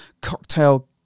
cocktail